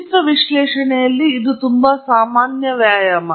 ಚಿತ್ರ ವಿಶ್ಲೇಷಣೆಯಲ್ಲಿ ಇದು ತುಂಬಾ ಸಾಮಾನ್ಯ ವ್ಯಾಯಾಮ